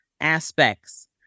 aspects